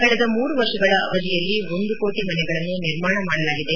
ಕಳೆದ ಮೂರು ವರ್ಷಗಳ ಅವಧಿಯಲ್ಲಿ ಒಂದು ಕೋಟ ಮನೆಗಳನ್ನು ನಿರ್ಮಾಣ ಮಾಡಲಾಗಿದೆ